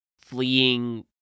fleeing